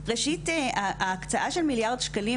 ראשית ההקצאה של מיליארד שקלים,